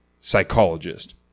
psychologist